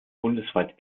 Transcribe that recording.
bundesweit